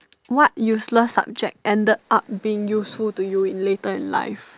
what useless subject ended up being useful to you in later in life